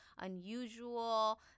unusual